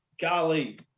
golly